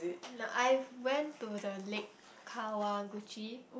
no I've went to the Lake-Kawaguchi